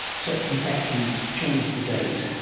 so in fact he changed the date,